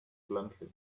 bluntly